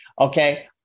Okay